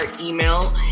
email